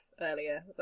earlier